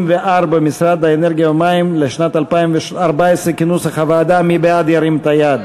34, משרד האנרגיה והמים, לשנת 2014. בל"ד, הסירו.